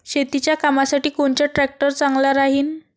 शेतीच्या कामासाठी कोनचा ट्रॅक्टर चांगला राहीन?